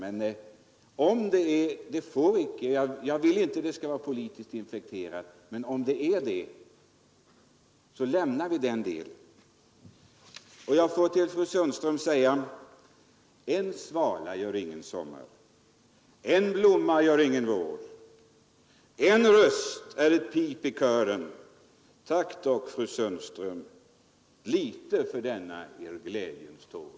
Jag vill inte att denna fråga skall bli politiskt infekterad, men om så är fallet, lämnar vi den därhän. Jag vill säga till fru Sundström: En svala gör ingen sommar, en blomma gör ingen vår, en röst är blott en ton i kören — ett tack dock, fru Sundström, för denna Er glädjens tår.